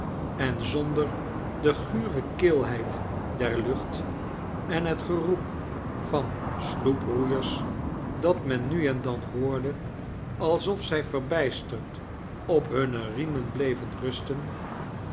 en zonder de gure kilheid der lueht en het geroep van sloeproeiers dat men nu en dan hoorde alsof zij verbijsterd op hunne riemen bleven rusten